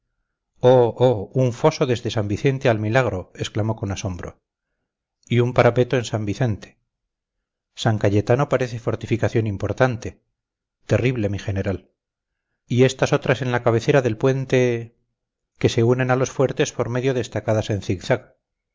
oh un foso desde san vicente al milagro exclamó con asombro y un parapeto en san vicente san cayetano parece fortificación importante terrible mi general y estas otras en la cabecera del puente que se unen a los fuertes por medio de estacadas en zig-zag